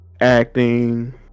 acting